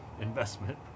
investment